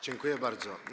Dziękuję bardzo.